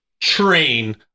train